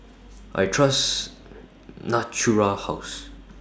I Trust Natura House